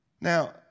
Now